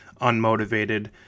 unmotivated